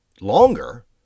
longer